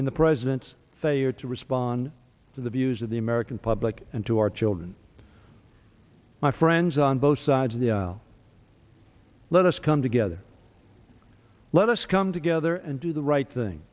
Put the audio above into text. in the president's failure to respond to the views of the america public and to our children my friends on both sides of the aisle let us come together let us come together and do the right thing